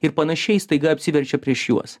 ir panašiai staiga apsiverčia prieš juos